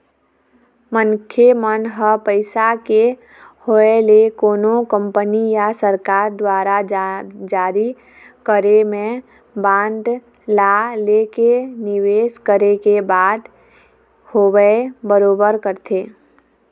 मनखे मन ह पइसा के होय ले कोनो कंपनी या सरकार दुवार जारी करे गे बांड ला लेके निवेस करे के बात होवय बरोबर करथे